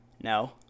No